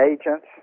agents